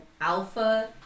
Alpha